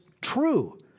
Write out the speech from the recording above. true